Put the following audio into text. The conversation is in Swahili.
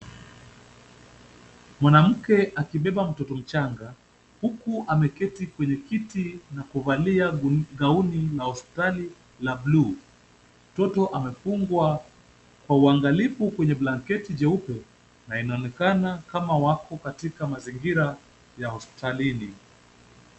Mwanamke akibeba mtoto mchanga, huku ameketi kwenye kiti na kuvalia gauni la hospitali la buluu, mtoto amefungwa kwa uangalifu kwenye blanketi jeupe, na inaonekana kama wako katika mazingira ya hospitalini.